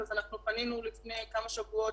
פנינו לפני כמה שבועות,